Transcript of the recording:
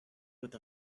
with